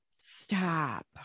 Stop